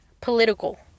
political